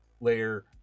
layer